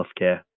healthcare